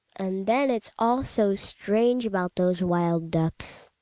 and then it's all so strange jbout those wild ducks.